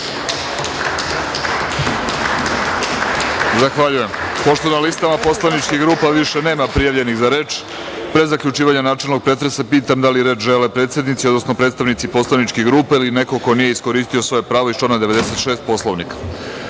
Zahvaljujem. Pošto na listama poslaničkih grupa više nema prijavljenih za reč, pre zaključivanja načelnog pretresa pitam – da li reč žele predsednici, odnosno predstavnici poslaničkih grupa ili neko ko nije iskoristio svoje pravo iz člana 96.